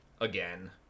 again